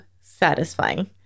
satisfying